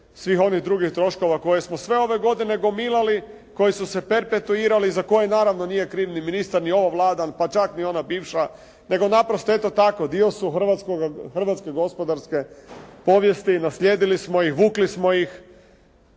svih onih drugih troškova koje smo sve ove godine gomilali, koji su se perpetuirali za koje naravno nije kriv ni ministar, ni ova Vlada, pa čak niti ona bivša, nego naprosto eto tako dio su hrvatske gospodarske povijesti, naslijedili smo ih, vukli smo ih,